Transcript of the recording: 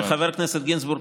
חבר הכנסת גינזבורג,